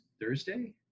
Thursday